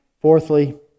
Fourthly